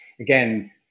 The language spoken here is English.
Again